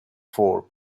for